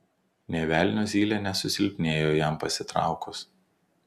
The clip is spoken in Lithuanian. nė velnio zylė nesusilpnėjo jam pasitraukus